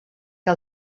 que